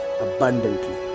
abundantly